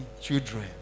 Children